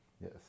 Yes